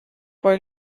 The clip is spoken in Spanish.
por